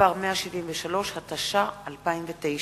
הצעת החוק תועבר לוועדת הפנים והגנת הסביבה,